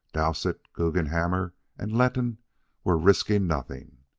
dowsett, guggenhammer, and letton were risking nothing.